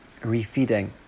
refeeding